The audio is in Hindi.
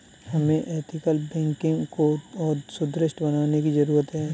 हमें एथिकल बैंकिंग को और सुदृढ़ बनाने की जरूरत है